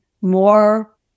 more